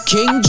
King